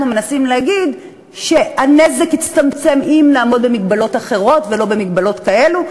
מנסים להגיד שהנזק יצטמצם אם נעמוד במגבלות אחרות ולא במגבלות כאלה.